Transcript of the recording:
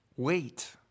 Wait